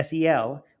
SEL